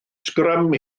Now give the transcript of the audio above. sgrym